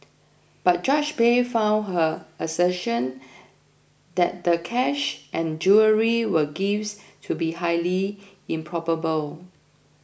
but Judge Bay found her assertion that the cash and jewellery were gifts to be highly improbable